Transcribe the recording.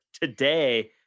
today